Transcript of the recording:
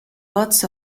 lots